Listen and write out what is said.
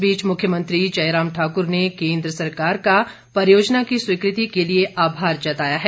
इस बीच मुख्यमंत्री जयराम ठाकुर ने केन्द्र सरकार का परियोजना की स्वीकृति के लिए आभार जताया है